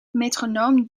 metronoom